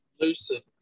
Lucid